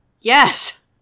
Yes